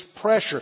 pressure